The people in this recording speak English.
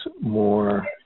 more